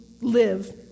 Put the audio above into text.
live